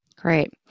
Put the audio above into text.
Great